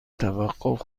توقف